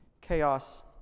chaos